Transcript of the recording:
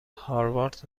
هاروارد